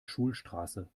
schulstraße